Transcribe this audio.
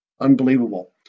Unbelievable